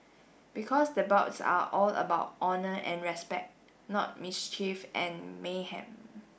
because the bouts are all about honour and respect not mischief and mayhem